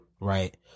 right